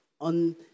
on